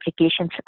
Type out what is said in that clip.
applications